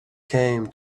came